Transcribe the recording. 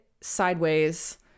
sideways